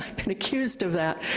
and accused of that,